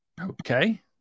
Okay